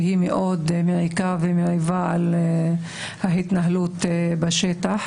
שהיא מאוד מעיקה ומעיבה על ההתנהלות בשטח,